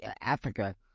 Africa